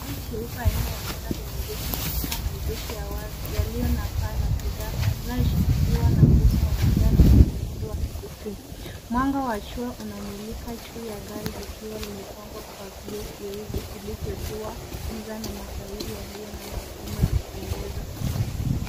Gari jeupe aina ya Honda limeegeshwa katika maegesho ya wazi yaliyo na paa la kisasa linaloshikiliwa na nguzo ya manjano zenye muundo wa kipekee. Mwanga wa jua unamulika juu ya gari likiwa limepambwa kwa vioo vyeusi vilivyotiwa giza na matairi yaliyo na marimu ya kupendeza.